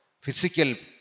physical